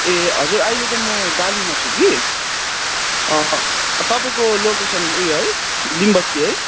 ए हजुर अहिले त म डालीमा छु कि तपाईँको लोकेसन ऊ यो है लिम बस्ती है